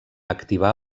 activar